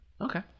Okay